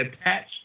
attached